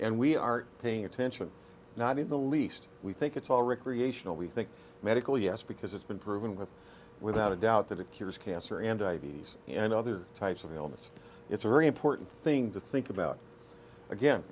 and we are paying attention not in the least we think it's all recreational we think medical yes because it's been proven with without a doubt that it cures cancer and diabetes and other types of ailments it's a very important thing to think about again